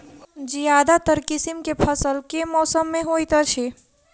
ज्यादातर किसिम केँ फसल केँ मौसम मे होइत अछि?